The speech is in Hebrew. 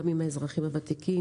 גם עם האזרחים הוותיקים,